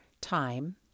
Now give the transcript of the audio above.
time